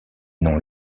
non